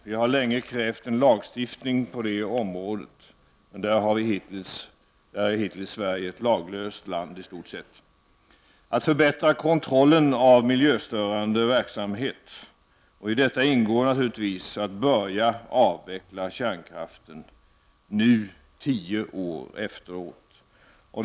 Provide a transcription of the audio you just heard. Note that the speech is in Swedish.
Vi har länge krävt en lagstiftning, men på detta område är Sverige hittills ett i stort sett laglöst land. Kontrollen av miljöstörande verksamhet måste förbättras. I detta ingår naturligtvis att börja avveckla kärnkraften, nu tio år efteråt.